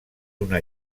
una